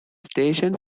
station